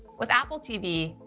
with apple tv,